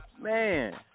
Man